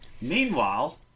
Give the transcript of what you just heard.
Meanwhile